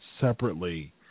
separately